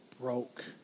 broke